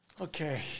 Okay